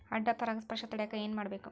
ಅಡ್ಡ ಪರಾಗಸ್ಪರ್ಶ ತಡ್ಯಾಕ ಏನ್ ಮಾಡ್ಬೇಕ್?